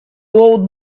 old